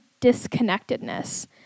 disconnectedness